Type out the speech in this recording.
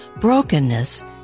Brokenness